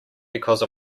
because